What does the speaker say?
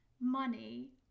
money